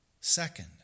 second